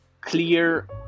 clear